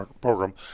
program